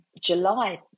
July